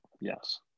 yes